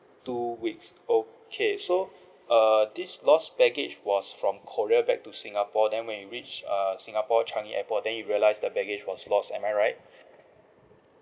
two weeks okay so err this lost baggage was from korea back to singapore then when you reach err singapore changi airport then realised the baggage was lost am I right